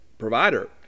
provider